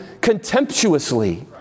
contemptuously